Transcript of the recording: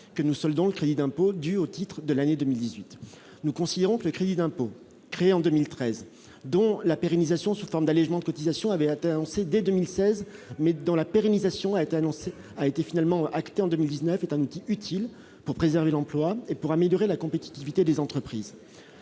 que nous soldons dans le crédit d'impôt dû au titre de l'année 2018, nous considérons que les crédits d'impôt créé en 2013 dont la pérennisation sous forme d'allégements de cotisations avait atteint, on sait dès 2016, mais dans la pérennisation est annoncé, a été finalement acquitté en 2019 est un outil utile pour préserver l'emploi et pour améliorer la compétitivité des entreprises